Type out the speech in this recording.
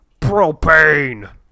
Propane